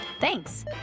Thanks